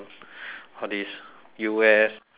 all these U_S